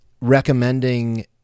recommending